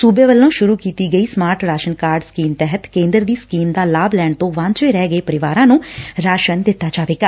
ਸੂਬੇ ਵੱਲੋਂ ਸੁਰੂ ਕੀਤੀ ਗਈ ਸਮਾਰਟ ਰਾਸ਼ਨ ਕਾਰਡ ਸਕੀਮ ਤਹਿਤ ਕੇਦੇਰ ਦੀ ਸਕੀਮ ਦਾ ਲਾਭ ਲੈਣ ਤੋਂ ਵਾਂਝੇ ਰਹਿ ਗਏ ਪਰਿਵਾਰਾ ਨੂੰ ਰਾਸ਼ਨ ਦਿਤਾ ਜਾਵੇਗਾ